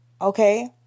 Okay